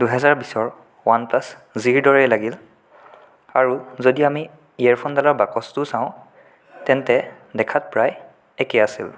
দুহেজাৰ বিশৰ one plus জিৰ দৰে লাগিল আৰু যদি আমি ইয়েৰ ফোনডালৰ বাকচটো চাওঁ তেন্তে দেখাত প্ৰায় একেই আছিল